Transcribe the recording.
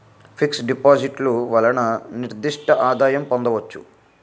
fix డిపాజిట్లు వలన నిర్దిష్ట ఆదాయం పొందవచ్చు